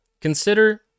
consider